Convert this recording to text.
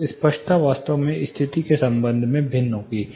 तो स्पष्टता वास्तव में स्थिति के संबंध में भिन्न होती है